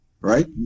Right